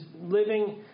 living